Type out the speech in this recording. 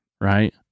right